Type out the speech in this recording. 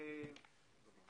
פה - תראו,